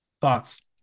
thoughts